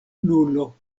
nulo